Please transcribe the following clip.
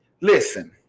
listen